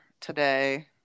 today